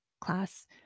class